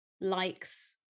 likes